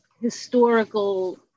historical